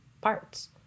parts